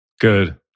Good